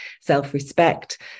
self-respect